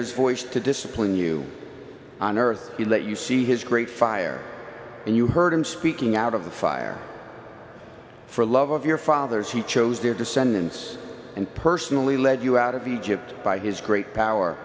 his voice to discipline you on earth he let you see his great fire and you heard him speaking out of the fire for love of your fathers he chose their descendants and personally led you out of egypt by his great power